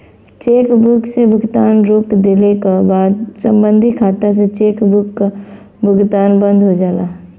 chequebook से भुगतान रोक देले क बाद सम्बंधित खाता से चेकबुक क भुगतान बंद हो जाला